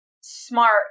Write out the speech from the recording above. smart